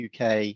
UK